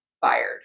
fired